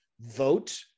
vote